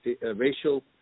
racial